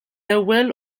ewwel